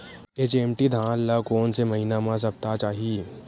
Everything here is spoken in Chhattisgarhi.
एच.एम.टी धान ल कोन से महिना म सप्ता चाही?